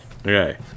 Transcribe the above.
Okay